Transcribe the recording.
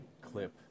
clip